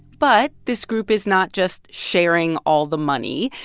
but this group is not just sharing all the money,